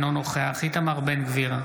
אינו נוכח איתמר בן גביר,